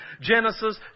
Genesis